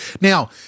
Now –